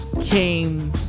came